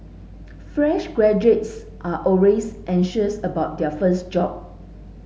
fresh graduates are always anxious about their first job